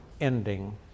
ending